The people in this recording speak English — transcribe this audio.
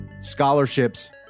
scholarships